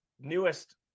newest